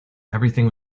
everything